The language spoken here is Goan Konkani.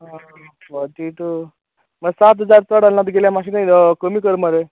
आं फॉटी टू मागीर सात हजार चड जाल ना तुगेले माश्शे कमी कर मरे